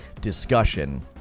discussion